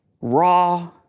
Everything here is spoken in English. raw